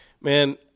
Man